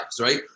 right